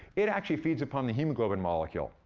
it actually feeds upon the hemoglobin molecule,